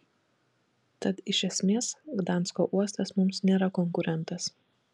tad iš esmės gdansko uostas mums nėra konkurentas